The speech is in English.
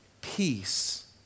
Peace